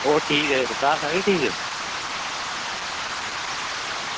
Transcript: होर ठीक घर सारे ठीक